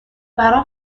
برام